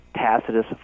Tacitus